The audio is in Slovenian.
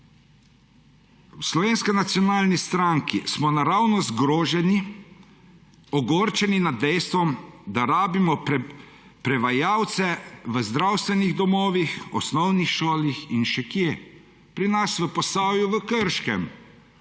V Slovenski nacionalni stranki smo naravnost zgroženi, ogorčeni nad dejstvom, da rabimo prevajalce v zdravstvenih domovih, osnovnih šolah in še kje. Pri nas, v Posavju, v Krškem,